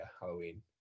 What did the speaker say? Halloween